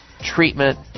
treatment